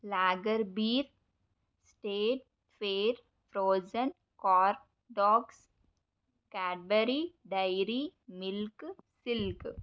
lager beer state fair frozen corn dogs Cadbury dairy milk silk